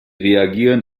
reagieren